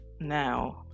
Now